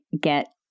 get